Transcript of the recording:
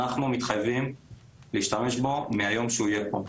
אנחנו מתחייבים להשתמש בו מהיום שהוא יהיה פה.